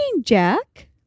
jack